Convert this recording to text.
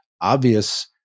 obvious